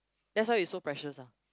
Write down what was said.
that's why you so precious ah